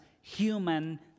human